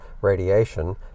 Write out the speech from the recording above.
radiation